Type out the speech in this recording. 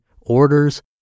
orders